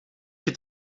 het